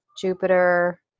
Jupiter